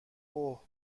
اوه